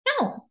No